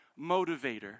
motivator